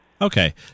Okay